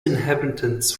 inhabitants